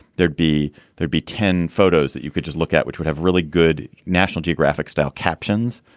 there'd be there'd be ten photos that you could just look at, which would have really good national geographic style captions.